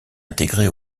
intégrée